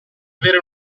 avere